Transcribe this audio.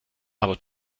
aber